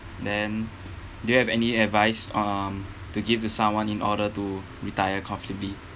then do you have any advice um to give to someone in order to retire comfortably